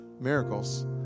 miracles